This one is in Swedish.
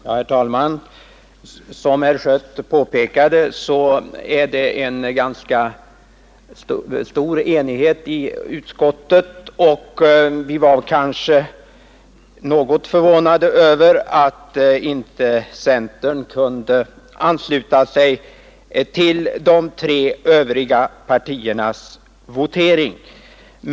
Herr talman! Som herr Schött påpekade rådde en ganska stor enighet i utskottet, och vi var därför något förvånade över att centern inte kunde ansluta sig till de tre övriga partiernas ståndpunkt.